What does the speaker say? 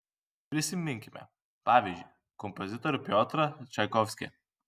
prisiminkime pavyzdžiui kompozitorių piotrą čaikovskį